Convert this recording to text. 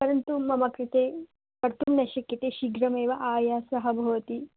परन्तु मम कृते कर्तुं न शक्यते शीघ्रमेव आयासः भवति